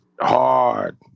hard